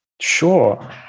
Sure